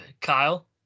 Kyle